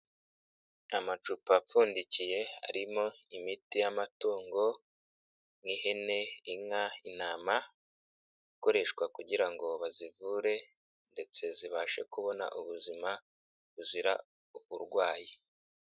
Amacupa apfundikiye arimo imiti y'amatungo nk' ihene, inka, intama, ikoreshwa kugira ngo bazivure ndetse zibashe kubona ubuzima buzira uburwayi.